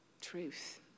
truth